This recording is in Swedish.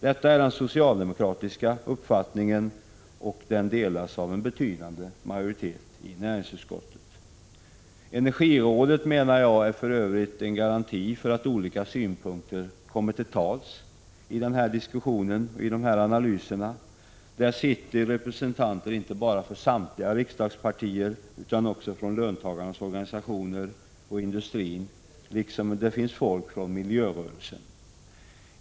Detta är den socialdemokratiska uppfattningen och den delas av en betydande majoritet i näringsutskottet. Energirådet är, menar jag, för övrigt en garanti för att olika synpunkter kommer till tals i den diskussionen och i analyserna. Där sitter representanter inte bara för samtliga riksdagspartier utan också för löntagarnas organisationer och industrin, liksom det finns folk från miljörörelsen.